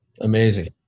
amazing